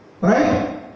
Right